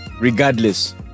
regardless